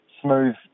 smooth